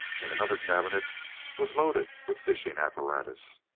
and another cabinet was loaded with fishing apparatus.